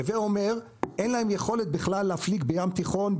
הווה אומר: אין להם בכלל יכולת להפליג בים התיכון,